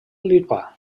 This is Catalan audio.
lituà